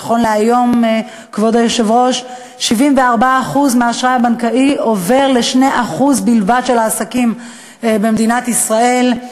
נכון להיום 74% מהאשראי הבנקאי עובר ל-2% בלבד מהעסקים במדינת ישראל.